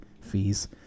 fees